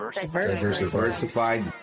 diversified